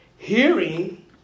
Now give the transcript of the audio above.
Hearing